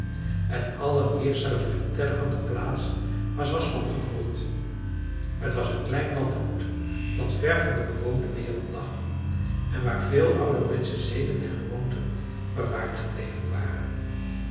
en allereerst zou ze vertellen van de plaats waar ze was opgegroeid t was een klein landgoed dat ver van de bewoonde wereld lag en waar veel ouderwetsche zeden en gewoonten bewaard gebleven waren